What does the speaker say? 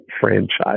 franchise